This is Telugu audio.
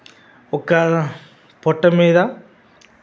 ఒక పొట్ట మీద